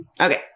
Okay